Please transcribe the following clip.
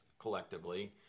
collectively